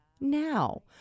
now